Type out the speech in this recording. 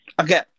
Okay